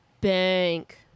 bank